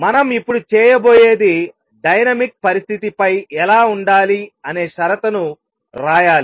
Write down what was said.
మనం ఇప్పుడు చేయబోయేది డైనమిక్ పరిస్థితి పై ఎలా ఉండాలి అనే షరతును రాయాలి